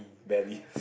belly